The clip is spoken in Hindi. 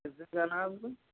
किस दिन जाना है आपको